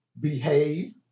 behave